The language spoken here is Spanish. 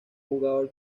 jugador